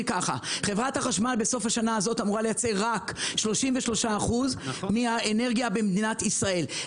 חברת החשמל בסוף השנה הזאת אמורה לייצר רק 33% מהאנרגיה במדינת ישראל.